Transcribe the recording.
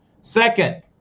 Second